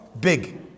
big